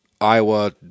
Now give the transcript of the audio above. Iowa